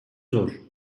zor